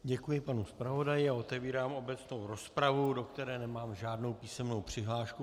Děkuji panu zpravodaji a otevírám obecnou rozpravu, do které nemám žádnou písemnou přihlášku.